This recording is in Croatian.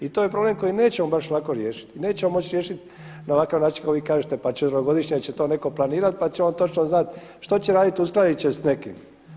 I to je problem koji nećemo baš lako riješiti i nećemo moći riješiti na ovakav način kako vi kažete pa četverogodišnja će to netko planirati, pa će on točno znati što će raditi, uskladit će sa nekim.